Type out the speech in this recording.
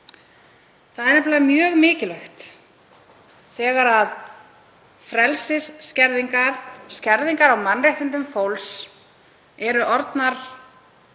Það er nefnilega mjög mikilvægt þegar frelsisskerðingar, skerðingar á mannréttindum fólks, eru orðnar